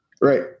Right